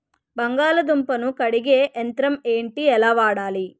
బంగాళదుంప ను కడిగే యంత్రం ఏంటి? ఎలా వాడాలి?